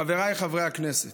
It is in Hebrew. חבריי חברי הכנסת,